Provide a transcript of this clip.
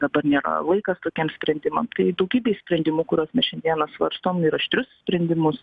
dabar nėra laikas tokiem sprendimam tai daugybė sprendimų kuriuos mes šiandieną svarstom ir aštrius sprendimus